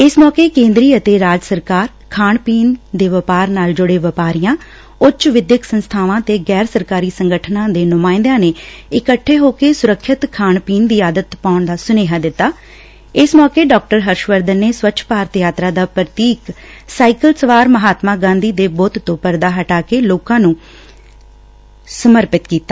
ਇਸ ਮੌਕੇ ਕੇਂਦਰੀ ਅਤੇ ਰਾਜ ਸਰਕਾਰ ਖਾਣ ਪੀਣ ਦੇ ਵਪਾਰ ਨਾਲ ਜੁੜੇ ਵਪਾਰੀਆਂ ਉੱਚ ਵਿਦਿਅਕ ਸੰਸਥਾਨਾਂ ਤੇ ਗੈਰ ਸਰਕਾਰੀ ਸੰਗਠਨਾਂ ਦੇ ਨੁਮਾਇੰਦਿਆਂ ਨੇ ਇਕੱਠੇ ਹੋ ਕੇ ਸੁਰੱਖਿਅਤ ਖਾਣ ਪੀਣ ਦੀ ਆਦਤ ਪਾਉਣ ਦਾ ਸੁਨੇਹਾ ਦਿੱਤਾ ਇਸ ਮੌਕੇ ਡਾ ਹਰਸ਼ਵਰਧਨ ਨੇ ਸਵੱਛ ਭਾਰਤ ਯਾਤਰਾ ਦਾ ਪ੍ਰਤੀਕ ਸਾਈਕਲ ਸਵਾਰ ਮਹਾਤਮਾ ਗਾਂਧੀ ਦੇ ਬੂੱਤ ਤੋਂ ਪਰਦਾ ਹਟਾ ਕੇ ਲੋਕਾਂ ਨੂੰ ਸਮਰਪਿਤ ਕੀਤਾ